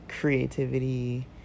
creativity